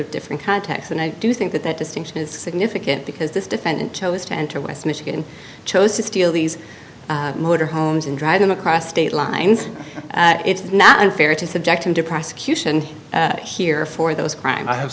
very different context and i do think that that distinction is significant because this defendant chose to enter west michigan chose to steal these motor homes and drive them across state lines it's not unfair to subject him to prosecution here for those crimes i have